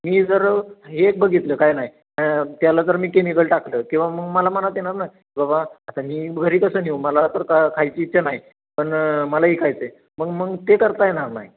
मी जर हे एक बघितलं काही नाही त्याला जर मी केमिकल टाकलं किंवा मग मला मनात येणार ना बाबा आता मी घरी कसं नेऊ मला तर का खायची इच्छा नाही पण मलाही खायचं आहे मग मग ते करता येणार नाही